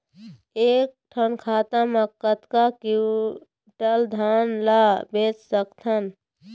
एक ठन खाता मा कतक क्विंटल धान ला बेच सकथन?